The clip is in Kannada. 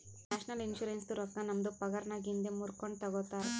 ನ್ಯಾಷನಲ್ ಇನ್ಶುರೆನ್ಸದು ರೊಕ್ಕಾ ನಮ್ದು ಪಗಾರನ್ನಾಗಿಂದೆ ಮೂರ್ಕೊಂಡು ತಗೊತಾರ್